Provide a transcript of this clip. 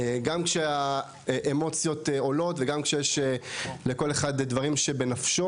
גם כשהאמוציות עולות וגם כשיש לכל אחד דברים שבנפשו,